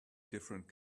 different